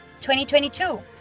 2022